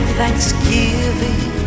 thanksgiving